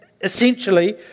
essentially